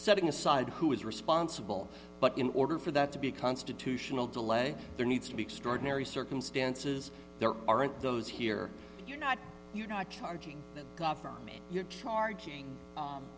setting aside who is responsible but in order for that to be constitutional delay there needs to be extraordinary circumstances there aren't those here you're not you're not charging the government charging